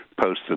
posted